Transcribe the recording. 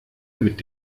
mit